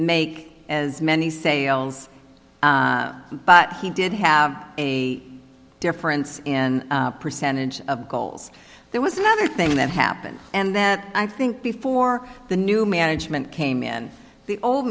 make as many sales but he did have a difference in percentage of goals there was another thing that happened and that i think before the new management came in the old